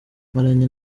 maranye